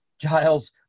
Giles